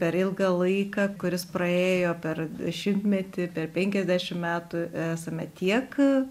per ilgą laiką kuris praėjo per šimtmetį per penkiasdešim metų esame tiek